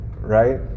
Right